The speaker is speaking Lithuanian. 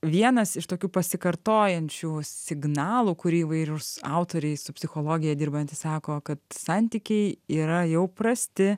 vienas iš tokių pasikartojančių signalų kurį įvairūs autoriai su psichologija dirbantys sako kad santykiai yra jau prasti